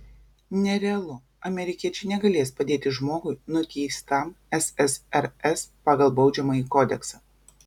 nerealu amerikiečiai negalės padėti žmogui nuteistam ssrs pagal baudžiamąjį kodeksą